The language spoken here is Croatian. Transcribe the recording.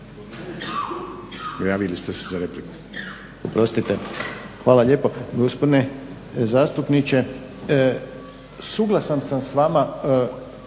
Oprostite. Hvala lijepa. Gospodine zastupniče, suglasan sam s vama